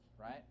right